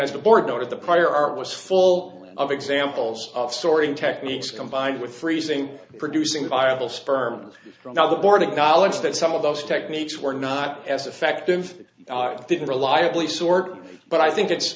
as the board noted the prior art was full of examples of storing techniques combined with freezing producing viable sperm from now the board acknowledged that some of those techniques were not as effective that they can reliably sort but i think it's